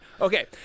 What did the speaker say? Okay